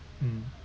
mm